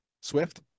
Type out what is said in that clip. Swift